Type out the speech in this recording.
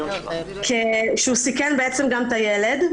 שהוא סיכן את הילד.